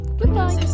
goodbye